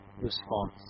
response